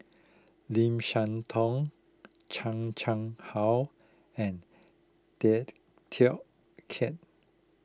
Lim Siah Tong Chan Chang How and Tay Teow Kiat